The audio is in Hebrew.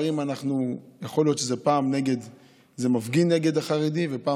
יכול להיות שפעם זה מפגין נגד החרדי ופעם